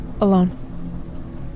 alone